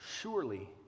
surely